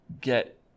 get